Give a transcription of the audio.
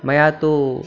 मया तु